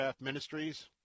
Ministries